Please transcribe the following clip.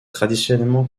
traditionnellement